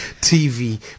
TV